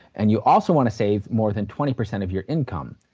and you also want to save more than twenty percent of your income.